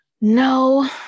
no